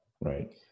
Right